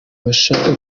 bashaka